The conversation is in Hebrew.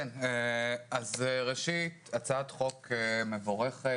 ראשית, הצעת חוק מבורכת.